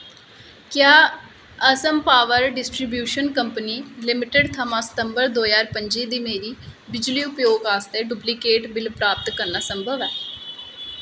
क्या Assam power distribution company limited थमां सितंबर दो ज्हार पं'जी दी मेरी बिजली उपयोग आस्तै डुप्लीकेट बिल प्राप्त करना संभव ऐ